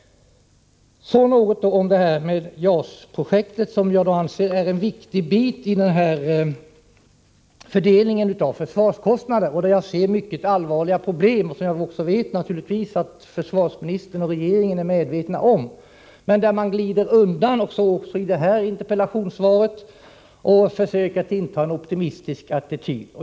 Så något om JAS-projektet, som jag anser är en viktig del när man talar om fördelningen av försvarskostnaderna; jag ser där mycket allvarliga problem. Jag vet att försvarsministern och regeringen naturligtvis är medvetna om dem, men man glider undan dem — så också i dagens interpellationssvar — och försöker inta en optimistisk attityd.